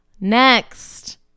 Next